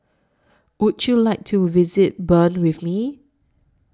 Would YOU like to visit Bern with Me